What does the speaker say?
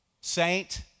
saint